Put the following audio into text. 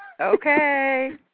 Okay